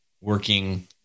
working